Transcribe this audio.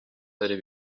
areba